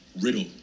Riddle